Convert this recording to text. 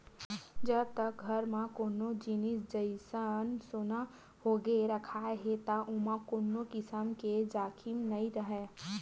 जब तक घर म कोनो जिनिस जइसा सोना होगे रखाय हे त ओमा कोनो किसम के जाखिम नइ राहय